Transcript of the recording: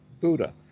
Buddha